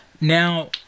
Now